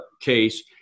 case